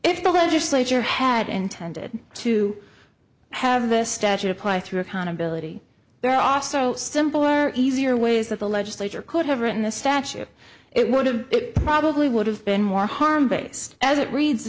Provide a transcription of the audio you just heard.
if the legislature had intended to have the statute apply through accountability there also simpler easier ways that the legislature could have written the statute it would have it probably would have been more harm based as it reads the